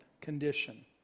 condition